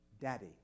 Daddy